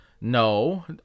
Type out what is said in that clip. No